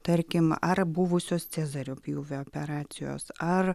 tarkim ar buvusios cezario pjūvio operacijos ar